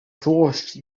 złość